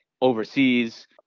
overseas